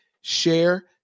share